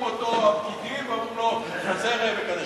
אותו הפקידים ואומרים לו: כזה ראה וקדש.